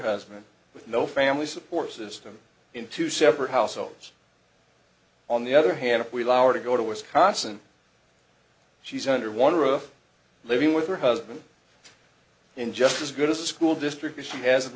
husband with no family support system in two separate households on the other hand if we allow her to go to wisconsin she's under one roof living with her husband in just as good a school district as she has